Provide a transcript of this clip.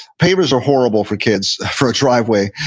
pavers are horrible for kids, for a driveway,